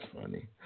funny